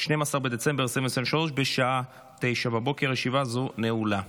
12 בדצמבר 2023, בשעה 09:00. ישיבה זו נעולה.